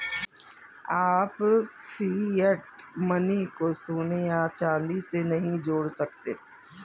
आप fiat money को सोने या चांदी से नहीं जोड़ सकते